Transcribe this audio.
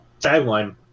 tagline